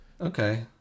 Okay